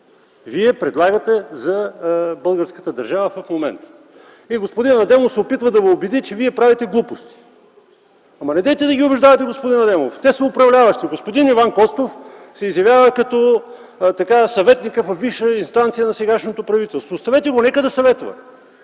предлагате за българската държава в момента. И господин Адемов се опитва да ви убеди, че вие правите глупости. Недейте де ги убеждавате, господин Адемов, те са управляващи. Господин Иван Костов се изявява като съветник във висша инстанция на сегашното правителство. Оставете го, нека да съветва.